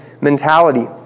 mentality